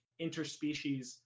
interspecies